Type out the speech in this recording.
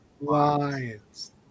Lions